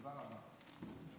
תודה רבה.